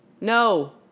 No